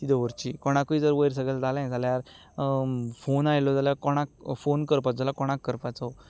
ती दवरची कोणाकूय जर वयर सकयल जालें जाल्यार फोन आयलो जाल्यार कोणाक फोन करपाचो